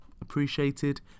Appreciated